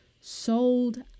sold